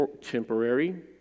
temporary